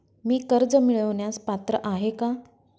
मी कर्ज मिळवण्यास पात्र आहे का?